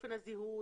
אופן הזיהוי,